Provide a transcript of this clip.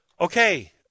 Okay